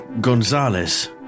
Gonzalez